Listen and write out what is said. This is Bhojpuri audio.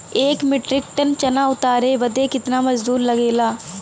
एक मीट्रिक टन चना उतारे बदे कितना मजदूरी लगे ला?